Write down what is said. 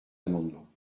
amendement